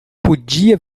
podia